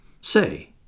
Say